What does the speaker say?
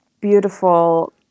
beautiful